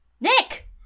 Nick